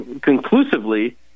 conclusively